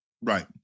Right